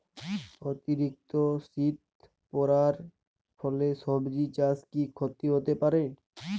অতিরিক্ত শীত পরার ফলে সবজি চাষে কি ক্ষতি হতে পারে?